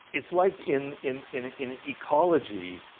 it's like in in in in ecology